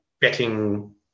betting